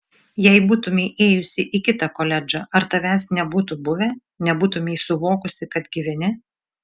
jei būtumei ėjusi į kitą koledžą ar tavęs nebūtų buvę nebūtumei suvokusi kad gyveni